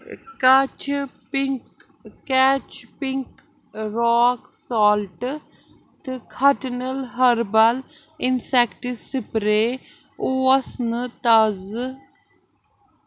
کاچہِ pink کیچ pink rock سالٹہٕ تہٕ خٹنِل ہربل اِنسیٚکٹ سِپرٛے اوس نہٕ تازٕ